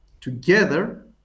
together